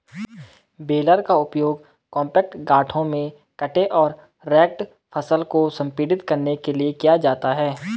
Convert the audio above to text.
baler का उपयोग compact गांठों में कटे और रेक्ड फसल को संपीड़ित करने के लिए किया जाता है